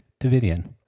Davidian